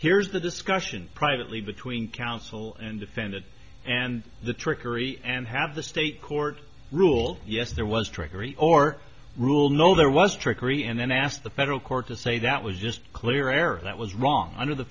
here's the discussion privately between counsel and defendant and the trickery and have the state court rule yes there was trickery or rule no there was trickery and then ask the federal court to say that was just clear error that was wrong under the